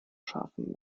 scharfen